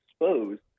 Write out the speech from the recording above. exposed